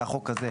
מהחוק הזה,